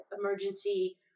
emergency